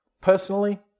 Personally